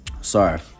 Sorry